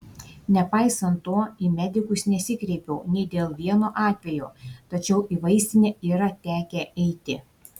nepaisant to į medikus nesikreipiau nei dėl vieno atvejo tačiau į vaistinę yra tekę eiti